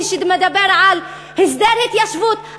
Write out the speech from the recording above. ומי שמדבר על הסדר התיישבות,